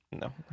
No